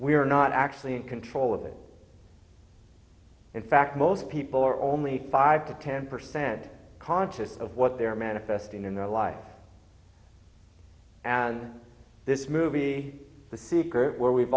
are not actually in control of it in fact most people are only five to ten percent conscious of what they're manifesting in their life and this movie the secret where we've